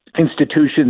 Institutions